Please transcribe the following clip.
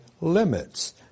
limits